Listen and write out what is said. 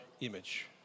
image